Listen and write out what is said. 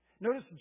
Notice